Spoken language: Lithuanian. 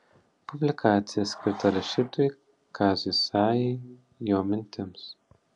publikacija skirta rašytojui kaziui sajai jo mintims